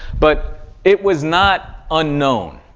but it was not unknown.